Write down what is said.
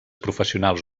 professionals